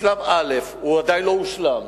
שלב א', הוא עדיין לא הושלם,